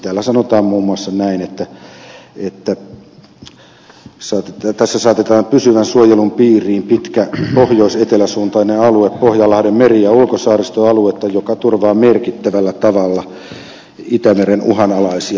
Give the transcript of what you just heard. täällä sanotaan muun muassa näin että tässä saatetaan pysyvän suojelun piiriin edustava ja pitkä pohjoiseteläsuuntainen alue pohjanlahden meri ja ulkosaaristoaluetta joka turvaa merkittävällä tavalla itämeren uhanalaisia ekosysteemejä